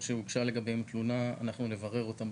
שהוגשה לגביהם תלונה אנחנו נברר אותם.